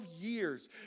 years